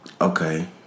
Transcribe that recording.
Okay